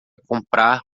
comprar